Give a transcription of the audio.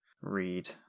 read